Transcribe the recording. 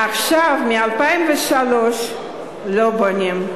עכשיו, מ-2003 לא בונים.